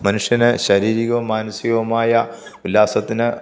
മനുഷ്യൻ ശാരീരികവും മാനസികവുമായ ഉല്ലാസത്തിന്